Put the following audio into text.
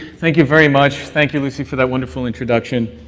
thank you very much. thank you, lucy, for that wonderful introduction.